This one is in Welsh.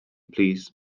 plîs